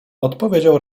odpowiedział